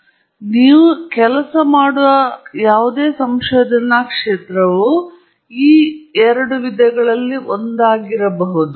ಆದ್ದರಿಂದ ನೀವು ಎಲ್ಲಿ ಕೆಲಸ ಮಾಡುತ್ತಿದ್ದೀರಿ ಎಂಬುದರ ಮೇಲೆ ಅವಲಂಬಿಸಿ ವಿಶಾಲವಾಗಿ ನಿಮ್ಮ ಕೆಲಸ ನೀವು ಕೆಲಸ ಮಾಡುವ ಪ್ರದೇಶವು ಈ ಎರಡು ವಿಧಗಳಲ್ಲಿ ಒಂದಾಗಬಹುದು